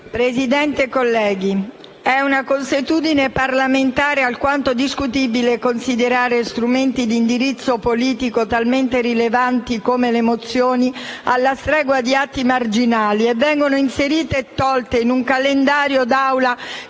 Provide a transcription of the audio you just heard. Presidente, colleghi, è una consuetudine parlamentare alquanto discutibile considerare strumenti di indirizzo politico talmente rilevanti come le mozioni alla stregua di atti marginali. Le mozioni vengono inserite e tolte in un calendario dei lavori